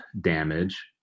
damage